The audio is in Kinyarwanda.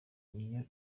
iyo